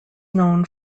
known